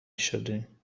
شدیم